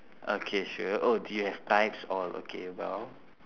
okay sure oh you have types all okay !wow!